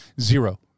Zero